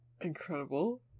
Incredible